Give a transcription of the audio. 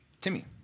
Timmy